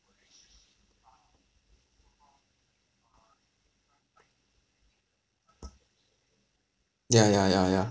ya ya ya yeah